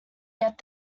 get